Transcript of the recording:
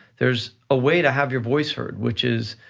there's a way to have your voice heard, which is,